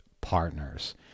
partners